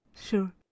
Sure